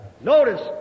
Notice